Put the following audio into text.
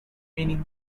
meaning